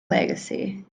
legacy